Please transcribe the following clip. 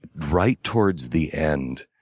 right towards the end,